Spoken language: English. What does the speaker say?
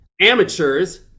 Amateurs